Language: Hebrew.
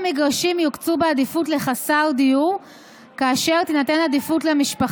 מה יישאר לחסרי דיור אם נתתם הכול למועצת השורא?